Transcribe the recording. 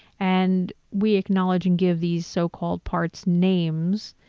and we acknowledge and give these so called parts names.